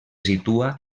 situa